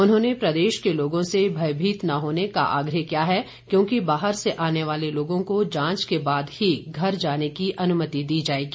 उन्होंने प्रदेश के लोगों से भयभीत न होने का आग्रह किया है क्योंकि बाहर से आने वाले लोगों को जांच के बाद ही घर जाने की अनुमति दी जाएगी